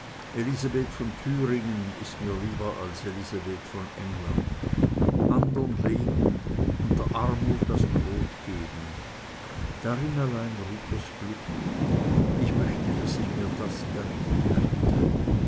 elisabeth von thüringen ist mir lieber als elisabeth von england andern leben und der armut das brot geben darin allein ruht das glück ich möchte daß ich mir das erringen könnte